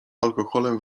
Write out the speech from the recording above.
alkoholem